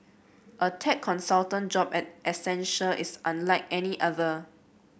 a tech consultant job at Accenture is unlike any other